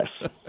Yes